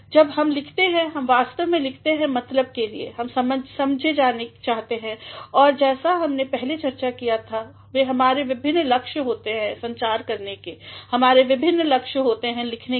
जब भी हम लिखते हैं हम वास्तव में लिखते हैं मतलब के लिए हम समझे जाने चाहते हैं और जैसा हमने पहले चर्चा किया है हमारे विभिन्न लक्ष्य होते हैं संचार करने के हमारे विभिन्न लक्ष्य होते हैं लिखने के